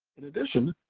in addition,